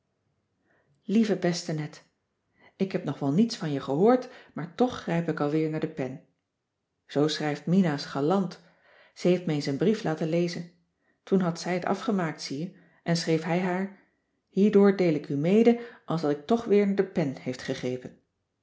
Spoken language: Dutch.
lieve beste net ik heb nog wel niets van je gehoord maar toch grijp ik alweer naar de pen zoo schrijft mina's galant ze heeft me eens een brief laten lezen toen had zij het afgemaakt zie je en schreef hij haar hierdoor deel ik u mede alsdat ik toch weer naar de pen heeft gegrepen